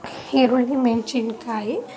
ಈರುಳ್ಳಿ ಮೆಣಸಿನ್ಕಾಯಿ